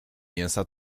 mięsa